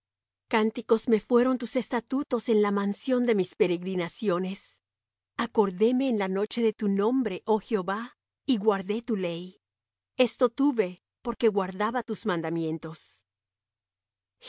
cánticos me fueron tus estatutos en la mansión de mis peregrinaciones acordéme en la noche de tu nombre oh jehová y guardé tu ley esto tuve porque guardaba tus mandamientos mi